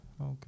Okay